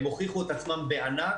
הם הוכיחו את עצמם בענק,